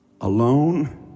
alone